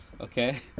okay